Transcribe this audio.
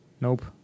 nope